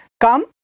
Come